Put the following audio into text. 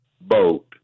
boat